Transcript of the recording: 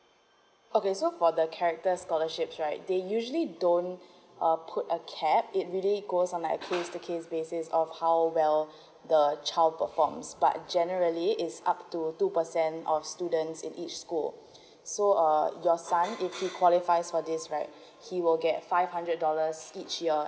okay so for the character scholarships right they usually don't uh put a cap it really goes on like choose the kids based it on how well the child performs but generally is up to two percent of students in each school so uh your son if he qualifies for this right he will get five hundred dollars each year